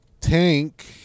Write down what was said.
tank